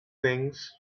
things